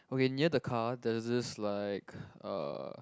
okay near the car there's this like uh